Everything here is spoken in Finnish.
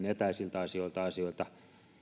etäisiltä asioilta asioilta